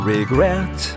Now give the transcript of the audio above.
Regret